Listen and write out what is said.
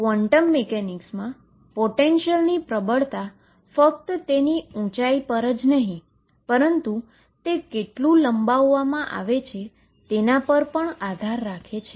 તેથીક્વોન્ટમ મિકેનિક્સમાં પોટેંશિયલની પ્રબળતા ફક્ત તેની ઉંચાઇ પર જ નહીં પરંતુ તે કેટલું લંબાવવામાં આવે છે તેના પર પણ આધાર રાખે છે